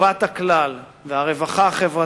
בבניית התקציב טובת הכלל והרווחה החברתית.